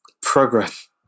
Progress